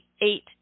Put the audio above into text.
eight